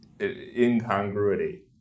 incongruity